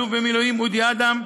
האלוף במילואים אודי אדם,